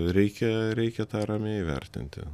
reikia reikia tą ramiai įvertinti